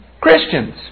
Christians